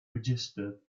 registered